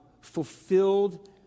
fulfilled